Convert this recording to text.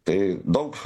tai daug